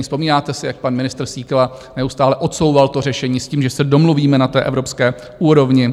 Vzpomínáte si, jak pan ministr Síkela neustále odsouval to řešení s tím, že se domluvíme na evropské úrovni?